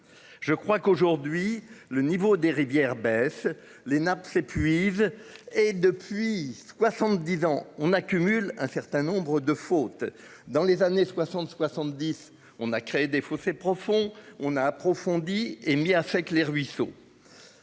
Je crois qu'aujourd'hui le niveau des rivières baissent les nappes s'épuise et depuis 70 ans on accumule un certain nombre de fautes dans les années 60 70 on a créé des fossés profonds on a approfondi et mis affecte les ruisseaux.